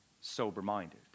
sober-minded